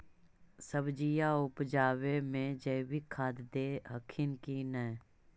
सब्जिया उपजाबे मे जैवीक खाद दे हखिन की नैय?